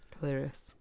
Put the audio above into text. Hilarious